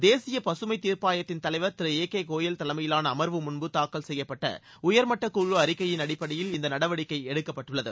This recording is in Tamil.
தேசிய பகமை தீர்ப்பாயத்தின் தலைவர் திரு ஏ கே கோயல் தலைமையிலான அமர்வு முன்பு தாக்கல் செய்யப்பட்ட உயர் மட்ட குழு அறிக்கையின் அடிப்படையில் இந்த நடவடிக்கை எடுக்கப்பட்டுள்ளது